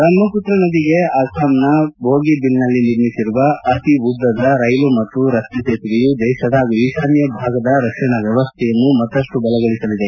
ಬ್ರಹ್ಮಪುತ್ರ ನದಿಗೆ ಅಸ್ಸಾಂನ ದೋಗಿಬಿಲ್ನಲ್ಲಿ ನಿರ್ಮಿಸಿರುವ ಅತಿ ಉದ್ದದ ರೈಲು ಮತ್ತು ರಸ್ತೆ ಸೇತುವೆಯು ದೇಶದ ಹಾಗೂ ಈಶಾನ್ಯ ಭಾಗದ ರಕ್ಷಣಾ ವ್ಯವಸ್ಥೆಯನ್ನು ಇನ್ನಷ್ಟು ಬಲಗೊಳಿಸಲಿದೆ